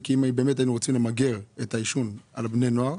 אם באמת היינו רוצים למגר את העישון בקרב בני הנוער,